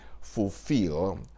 fulfill